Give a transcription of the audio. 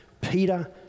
Peter